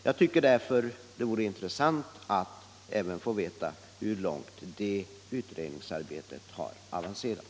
Jag tycker därför att det vore intressant att även få veta hur långt det utredningsarbetet har avancerat.